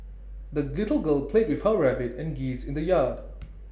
the little girl played with her rabbit and geese in the yard